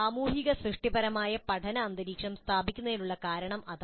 സാമൂഹിക സൃഷ്ടിപരമായ പഠന അന്തരീക്ഷം സ്ഥാപിക്കുന്നതിനുള്ള കാരണം അതാണ്